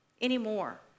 anymore